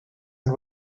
and